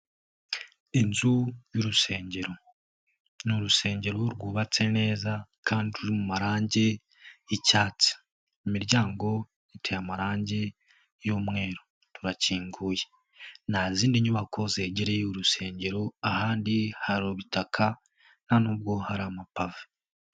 Inzu y'urusengero, ni urusengero rwubatse neza kandi ruri mu marange y'icyatsi, imiryango iteye amarange y'umweru rurakinguye. Nta zindi nyubako zegereye uru rusengero ahandi hari ubutaka nta nubwo hari amapave.